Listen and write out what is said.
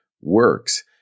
works